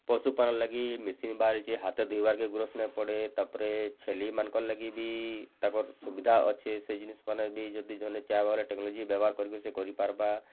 ପଶୁପାଳନ୍ ଲାଗି ମେସିନ୍ ବାହାରିଛି ହାତରେ ଧୂଇବାକେ ଗୁରସ୍ ନାହିଁ ପଡ଼େ ତା'ପରେ ଛେଲି ମାନକର୍ ଲାଗି ବି ତାଙ୍କର୍ ସୁବିଧା ଅଛେ ସେ ଜିନିଷ୍ ମାନେ ବି ଯଦି ଜଣେ ଚାହଵା ଯଦି ଟେକ୍ନୋଲୋଜି ବ୍ୟବହାର୍ କରି ସେ କରିପାରବା